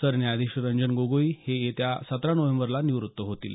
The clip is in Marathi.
सरन्यायाधीश रंजन गोगोई हे येत्या सतरा नोव्हेंबरला निव्रत होतील